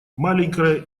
маленькая